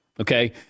Okay